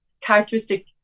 characteristic